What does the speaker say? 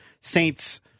Saints